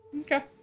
Okay